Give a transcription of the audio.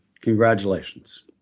Congratulations